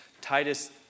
Titus